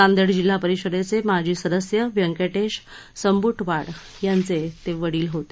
नांदेड जिल्हा परिषदेचे माजी सदस्य व्यंकटेश संबुटवाड यांचे ते वडिल होत